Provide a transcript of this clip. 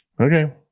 Okay